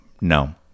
No